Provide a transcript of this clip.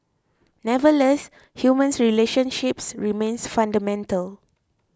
nevertheless human relationships remain fundamental